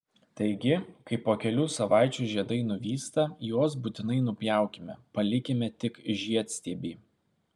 taigi kai po kelių savaičių žiedai nuvysta juos būtinai nupjaukime palikime tik žiedstiebį